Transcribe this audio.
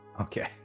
Okay